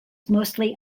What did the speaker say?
mostly